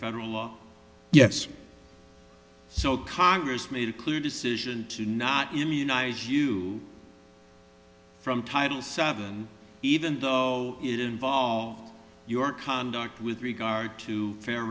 federal law yes so congress made a clear decision to not immunize you from title seven even though it involved your conduct with regard to fair